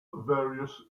various